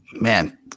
Man